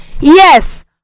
yes